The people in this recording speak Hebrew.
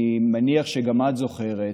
ואני מניח שגם את זוכרת,